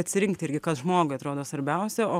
atsirinkti irgi kas žmogui atrodo svarbiausia o